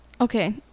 Okay